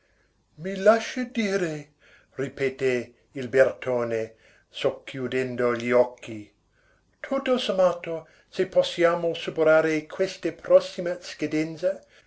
i lasci dire ripeté il bertone socchiudendo gli occhi tutto sommato se possiamo superare queste prossime scadenze